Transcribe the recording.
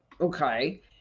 okay